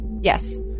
Yes